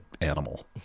animal